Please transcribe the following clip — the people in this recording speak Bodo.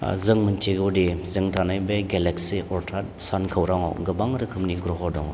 जों मिनथिगौदि जों थानाय बे गेलेक्सि अरथाथ सानखौराङाव गोबां रो खोमनि ग्रह' दङ